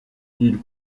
ils